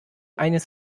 eines